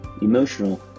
emotional